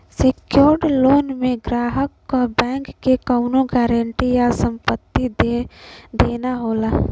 secured loan में ग्राहक क बैंक के कउनो गारंटी या संपत्ति देना होला